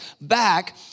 back